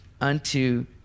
unto